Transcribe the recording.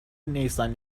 نیسان